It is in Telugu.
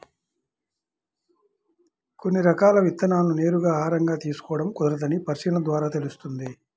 కొన్ని రకాల విత్తనాలను నేరుగా ఆహారంగా తీసుకోడం కుదరదని పరిశీలన ద్వారా తెలుస్తుంది